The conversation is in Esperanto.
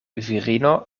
virino